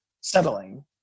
settling